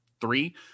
three